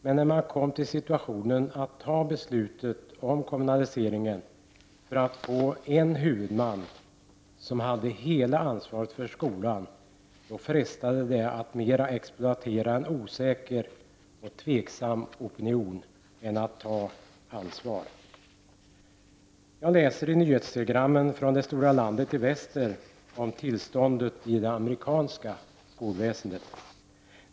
Men när man kom i situationen att fatta beslutet om kommunaliseringen för att få en huvudman som har hela ansvaret för skolan, då frestade det mera att exploatera en osäker och tveksam opinion än att ta ansvar. Jag läser i nyhetstelegrammen från det stora landet i väster om tillståndet i det amerikanska skolväsendet.